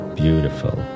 beautiful